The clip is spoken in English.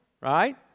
right